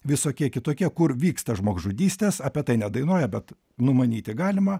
visokie kitokie kur vyksta žmogžudystės apie tai nedainuoja bet numanyti galima